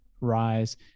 rise